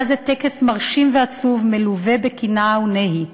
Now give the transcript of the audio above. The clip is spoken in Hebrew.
היה זה טקס מרשים ועצוב, מלווה בקינה ונהי.